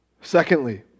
Secondly